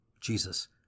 Jesus